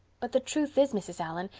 but the truth is, mrs. allan,